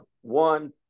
one